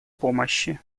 помощи